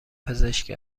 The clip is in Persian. پزشک